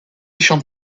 chante